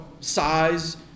size